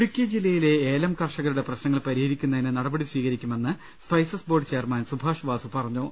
ഇടുക്കി ജില്ലയിലെ ഏലം കർഷകരുടെ പ്രശ്നങ്ങൾ പരിഹരിക്കുന്നതിന് നടപടി സ്വീകരിക്കുമെന്ന് spices board chairman Subhash Vasu പറഞ്ഞു